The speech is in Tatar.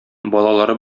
балалары